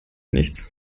nichts